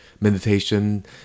Meditation